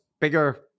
bigger